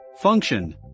Function